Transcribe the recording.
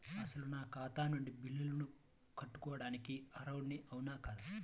అసలు నా ఖాతా నుండి బిల్లులను కట్టుకోవటానికి అర్హుడని అవునా కాదా?